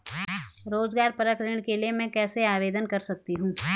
रोज़गार परक ऋण के लिए मैं कैसे आवेदन कर सकतीं हूँ?